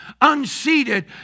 unseated